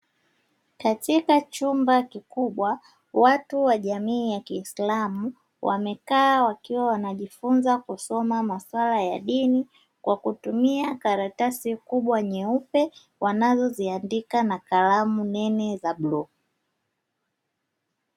Katika chumba kikubwa, watu wa jamii ya Kiislamu wamekaa wakiwa wanajifunza kusoma masuala ya dini, kwa kutumia karatasi kubwa nyeupe wanazoziandika na kalamu nene za bluu.